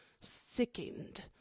sickened